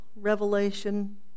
revelation